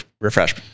Refresh